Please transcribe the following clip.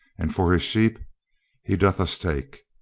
and for his sheep he doth us take.